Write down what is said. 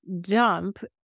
dump